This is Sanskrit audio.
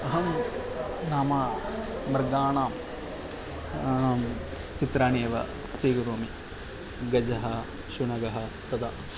अहं नाम मृगाणां चित्राणि एव स्वीकरोमि गजः शुनकः तदा